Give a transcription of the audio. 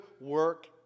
work